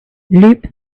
loop